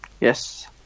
Yes